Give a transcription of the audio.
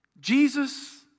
Jesus